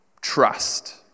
Trust